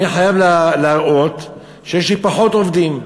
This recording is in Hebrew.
אני חייב להראות שיש לי פחות עובדים.